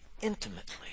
intimately